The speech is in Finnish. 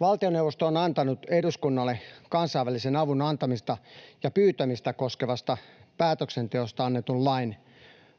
Valtioneuvosto on antanut eduskunnalle kansainvälisen avun antamista ja pyytämistä koskevasta päätöksenteosta annetun lain